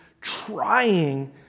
trying